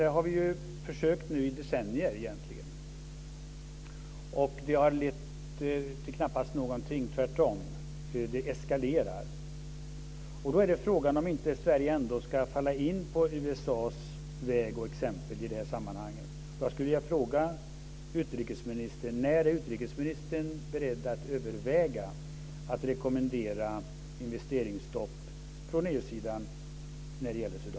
Vi har ju försökt med dialogen i decennier, och det har knappast lett till någonting, tvärtom, eftersom det hela eskalerar. Då är frågan om inte Sverige ska gå samma väg som USA.